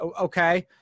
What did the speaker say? Okay